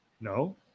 No